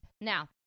Now